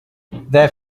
their